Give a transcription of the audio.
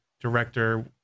director